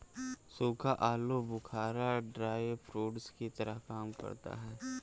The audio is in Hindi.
सूखा आलू बुखारा ड्राई फ्रूट्स की तरह काम करता है